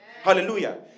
Hallelujah